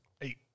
Eight